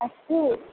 अस्तु